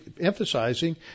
emphasizing